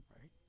right